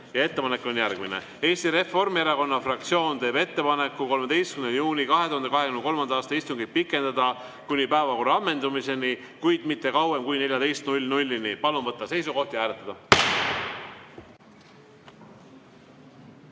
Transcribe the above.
Ettepanek on järgmine. Eesti Reformierakonna fraktsioon teeb ettepaneku 13. juuni 2023. aasta istungit pikendada kuni päevakorra ammendumiseni, kuid mitte kauem kui kella 14‑ni. Palun võtta seisukoht ja hääletada!